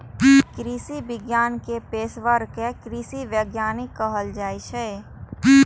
कृषि विज्ञान के पेशवर कें कृषि वैज्ञानिक कहल जाइ छै